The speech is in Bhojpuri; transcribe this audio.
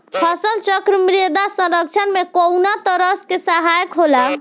फसल चक्रण मृदा संरक्षण में कउना तरह से सहायक होला?